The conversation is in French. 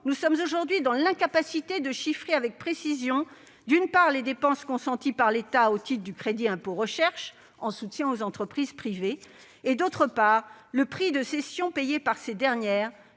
nous sommes aujourd'hui dans l'incapacité de chiffrer avec précision non seulement les dépenses consenties par l'État au titre du crédit impôt recherche, le CIR, en soutien aux entreprises privées, mais aussi le prix de cession payé par ces dernières,